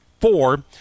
four